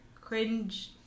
cringe